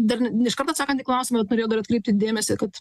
dar ne iškart atsakant į klausimą vat norėjau dar atkreipti dėmesį kad